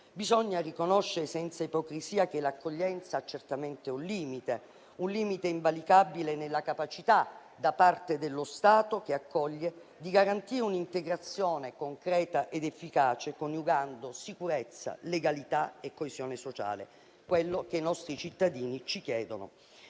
Bisogna riconoscere senza ipocrisia che l'accoglienza ha certamente un limite invalicabile nella capacità, da parte dello Stato che accoglie, di garantire un'integrazione concreta ed efficace coniugando sicurezza, legalità e coesione sociale, quello che i nostri cittadini ci chiedono.